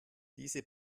diese